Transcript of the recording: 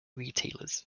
retailers